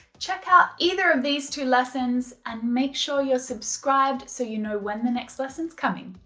check out either of these two lessons and make sure you're subscribed so you know when the next lesson's coming.